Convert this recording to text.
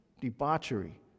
debauchery